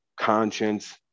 conscience